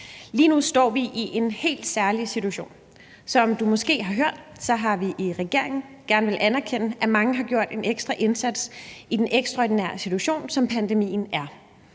Lige nu står vi i en helt særlig situation. Som du måske har hørt, har vi i regeringen gerne villet anerkende, at mange har gjort en ekstra indsats i den ekstraordinære situation, som pandemien er.